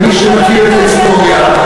ומי שמכיר את ההיסטוריה,